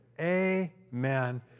amen